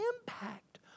impact